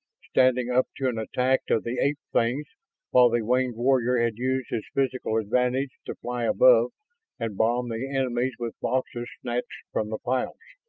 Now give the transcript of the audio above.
standing up to an attack of the ape-things while the winged warrior had used his physical advantage to fly above and bomb the enemies with boxes snatched from the piles.